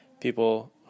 People